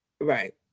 Right